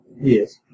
Yes